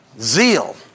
Zeal